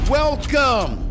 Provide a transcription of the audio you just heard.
welcome